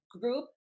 group